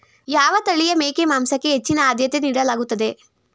ಯಾವ ತಳಿಯ ಮೇಕೆ ಮಾಂಸಕ್ಕೆ ಹೆಚ್ಚಿನ ಆದ್ಯತೆ ನೀಡಲಾಗುತ್ತದೆ?